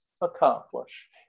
accomplish